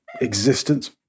existence